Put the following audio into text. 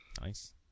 Nice